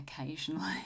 occasionally